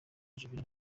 juvenal